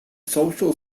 social